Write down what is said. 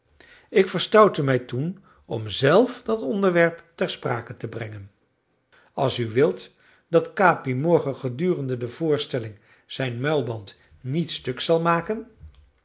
ik verstoutte mij toen om zelf dat onderwerp ter sprake te brengen als u wilt dat capi morgen gedurende de voorstelling zijn muilband niet stuk zal maken